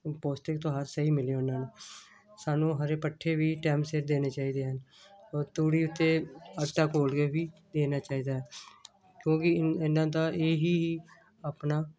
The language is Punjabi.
ਪੌਸ਼ਟਿਕ ਤੁਹਾਰ ਸਹੀ ਮਿਲੇ ਉਹਨਾਂ ਨੂੰ ਸਾਨੂੰ ਹਰੇ ਪੱਠੇ ਵੀ ਟਾਈਮ ਸਿਰ ਦੇਣੇ ਚਾਹੀਦੇ ਹਨ ਤੂੜੀ ਉੱਤੇ ਆਟਾ ਘੋਲ ਕੇ ਵੀ ਦੇਣਾ ਚਾਹੀਦਾ ਹੈ ਕਿਉਂਕਿ ਇਹਨਾਂ ਦਾ ਇਹ ਹੀ ਆਪਣਾ